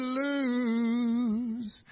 lose